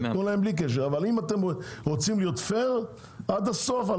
אבל אם אתם רוצים להיות פייר עד הסוף אני